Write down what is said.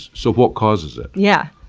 so, what causes it? yeah.